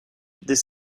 des